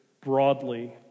broadly